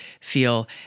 feel